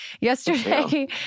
Yesterday